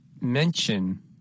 Mention